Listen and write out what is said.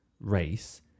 race